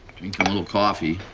drinking a little coffee.